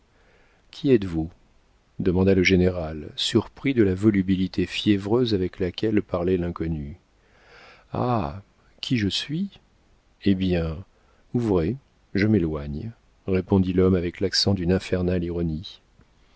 qui êtes-vous demanda le général surpris de la volubilité fiévreuse avec laquelle parlait l'inconnu ah qui je suis eh bien ouvrez je m'éloigne répondit l'homme avec l'accent d'une infernale ironie